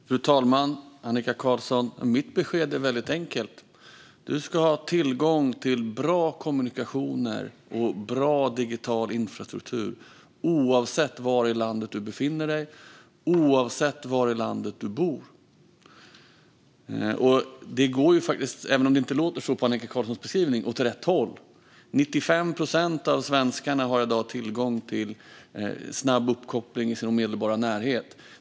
Fru talman! Mitt besked är väldigt enkelt, Annika Qarlsson. Du ska ha tillgång till bra kommunikationer och bra digital infrastruktur oavsett var i landet du befinner dig och oavsett var i landet du bor. Det går faktiskt åt rätt håll, även om det inte låter så på Annika Qarlssons beskrivning. 95 procent av svenskarna har i dag tillgång till snabb uppkoppling i sin omedelbara närhet.